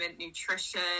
nutrition